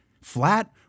flat